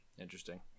interesting